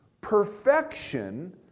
Perfection